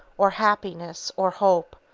or happiness, or hope,